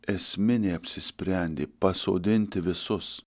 esminė apsisprendė pasodinti visus